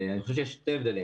אני חושב שיש שני הבדלים.